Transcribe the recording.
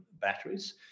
batteries